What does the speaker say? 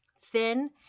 thin